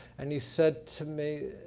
and he said to me,